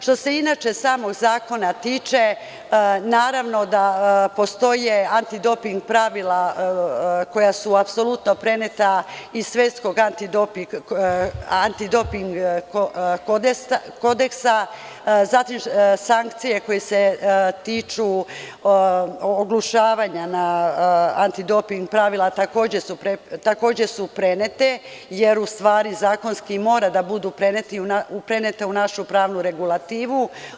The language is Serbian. Što se samog zakona tiče, naravno da postoje antidoping pravila koja su apsolutno preneta iz Svetskog antidoping kodeksa, zatim, sankcije koje se tiču oglušavanja o antidoping pravila takođe su prenete, jer u stvari zakonski moraju da budu prenete u našu pravnu regulativu.